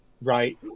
right